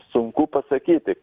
sunku pasakyti